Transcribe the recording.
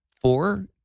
Four